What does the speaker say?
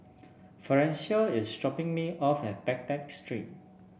Florencio is dropping me off at Baghdad Street